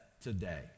today